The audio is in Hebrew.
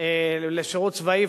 לשירות צבאי,